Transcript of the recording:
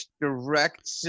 direct